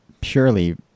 purely